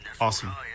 awesome